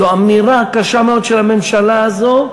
זו אמירה קשה מאוד של הממשלה הזאת,